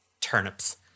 turnips